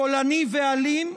קולני ואלים,